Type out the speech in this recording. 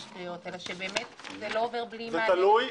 קריאות אלא שבאמת זה לא עובר בלי מענה רציני.